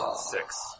Six